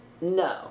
No